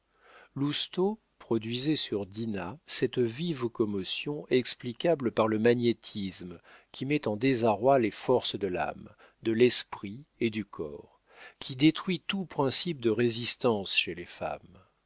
lousteau produisait sur dinah cette vive commotion explicable par le magnétisme qui met en désarroi les forces de l'âme de l'esprit et du corps qui détruit tout principe de résistance chez les femmes